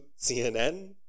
CNN